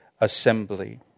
assembly